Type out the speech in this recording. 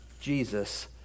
Jesus